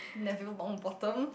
Neville-Longbottom